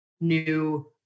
new